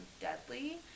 deadly